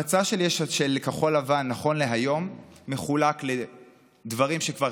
המצע של כחול לבן נכון להיום מחולק לדברים שכבר